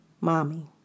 Mommy